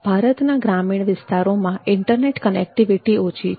ભારતના ગ્રામીણ વિસ્તારોમાં ઇન્ટરનેટ કનેકટીવિટી ઓછી છે